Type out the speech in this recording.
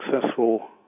successful